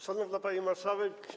Szanowna Pani Marszałek!